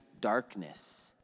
darkness